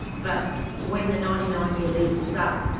but when the ninety nine year lease is up,